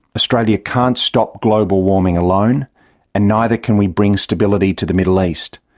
australia can't stop global warming alone and neither can we bring stability to the middle east.